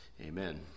amen